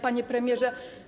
Panie Premierze!